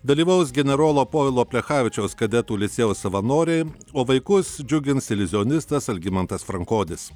dalyvaus generolo povilo plechavičiaus kadetų licėjaus savanoriai o vaikus džiugins iliuzionistas algimantas frankonis